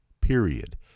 Period